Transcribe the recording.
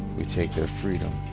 we take their freedom.